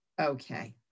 okay